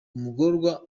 umugororwa